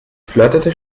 flirtete